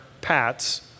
Pat's